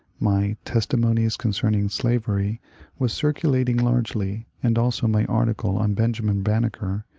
my testimonies con cerning slavery was circulating largely and also my article on benjamin banneker,